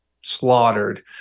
slaughtered